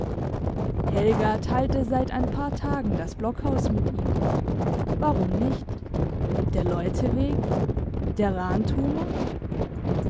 helga teilte seit ein paar tagen das blockhaus mit ihm warum nicht der leute wegen der